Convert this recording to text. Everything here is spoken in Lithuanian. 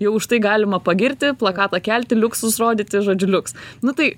jau už tai galima pagirti plakatą kelti liuksus rodyti žodžiu liuks nu tai